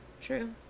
True